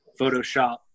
photoshop